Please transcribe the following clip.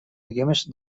idiomes